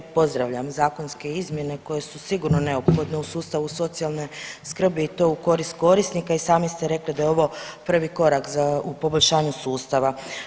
Pozdravljam zakonske izmjene koje su sigurno neophodne u sustavu socijalne skrbi i to u korist korisnika i sami ste rekli da je ovo prvi korak u poboljšanju sustava.